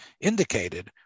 indicated